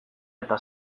eta